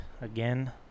again